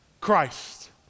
Christ